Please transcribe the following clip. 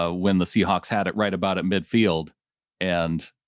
ah when the seahawks had it right about at midfield and.